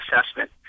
assessment